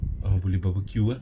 orh kalau boleh barbecue ah